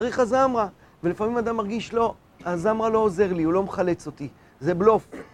צריך 'אזמרה', ולפעמים אדם מרגיש, לא, 'אזמרה' לא עוזר לי, הוא לא מחלץ אותי, זה בלוף.